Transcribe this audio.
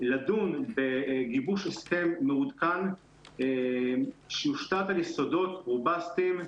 לדון בגיבוש הסכם מעודכן שיושתת על יסודות רובסטיים.